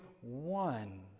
one